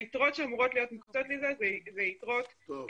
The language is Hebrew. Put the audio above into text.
היתרות שהיו אמורות להיות מוקצות לזה זה תקציב שהוא